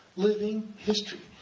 living history.